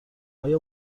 آیا